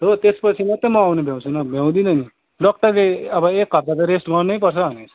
हो त्यसपछि मात्रै म आउनु भ्याउँछु नभए भ्याउदिनँ नि डाक्टरले अब एक हप्ता त रेस्ट गर्नैपर्छ भनेको छ